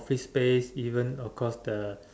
fish space even of course the